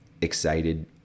excited